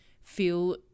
feel